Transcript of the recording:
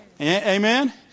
Amen